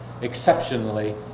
exceptionally